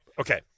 Okay